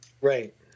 Right